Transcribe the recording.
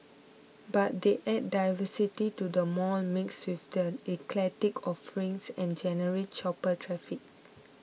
but they add diversity to the mall mix with their eclectic offerings and generate shopper traffic